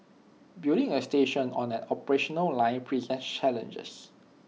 building A station on an operational line presents challenges